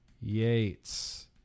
Yates